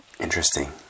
Interesting